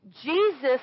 Jesus